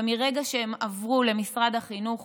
ומרגע שהם עברו למשרד החינוך